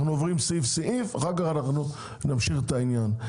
אנחנו עוברים סעיף-סעיף ואחר כך נמשיך בעניין.